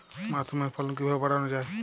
মাসরুমের ফলন কিভাবে বাড়ানো যায়?